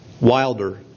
wilder